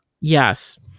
Yes